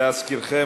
להזכירכם,